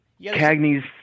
Cagney's